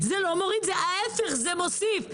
זה רק יוסיף.